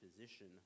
position